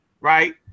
right